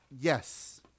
yes